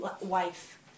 wife